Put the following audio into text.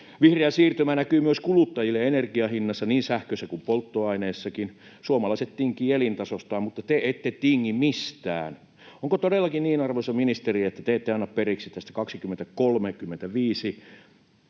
Vihreä siirtymä näkyy myös kuluttajille energianhinnassa, niin sähkössä kuin polttoaineessakin. Suomalaiset tinkivät elintasostaan, mutta te ette tingi mistään. Onko todellakin niin, arvoisa ministeri, että te ette anna periksi tästä